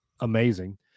amazing